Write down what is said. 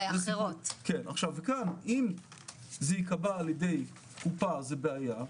אם זה ייקבע על-ידי קופה, זה בעיה.